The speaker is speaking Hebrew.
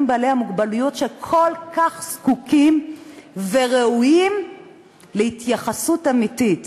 בעלי המוגבלויות שכל כך זקוקים וראויים להתייחסות אמיתית,